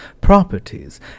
properties